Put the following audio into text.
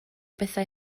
bethau